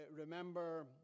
remember